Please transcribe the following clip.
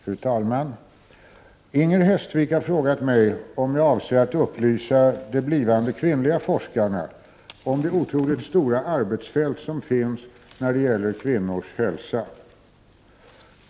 Fru talman! Inger Hestvik har frågat mig om jag avser att upplysa de blivande kvinnliga forskarna om det otroligt stora arbetsfält som finns när det gäller kvinnors hälsa.